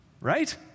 right